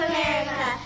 America